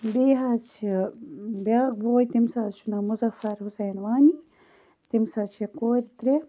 بیٚیہِ حظ چھُ بیاکھ بوے تٔمِس حظ چھُ ناو مُظفر حُسین وانی تٔمِس حظ چھِ کورِ ترےٚ